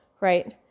right